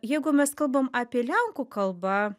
jeigu mes kalbam apie lenkų kalba